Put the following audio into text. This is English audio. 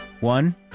one